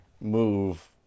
move